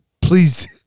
please